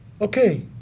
okay